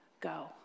go